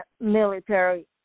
military